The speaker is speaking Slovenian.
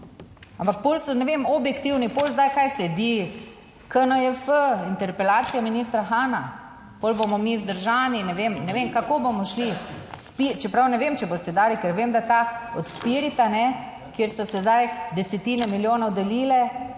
ampak pol so, ne vem, objektivni, pol zdaj kaj, sledi KNJF, interpelacija ministra Hana. Pol bomo mi vzdržani, ne vem, ne vem, kako bomo šli. Čeprav ne vem, če boste dali, ker vem, da ta od Spirita, ne, kjer so se zdaj desetine milijonov delile,